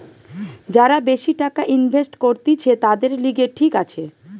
যারা বেশি টাকা ইনভেস্ট করতিছে, তাদের লিগে ঠিক আছে